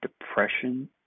depression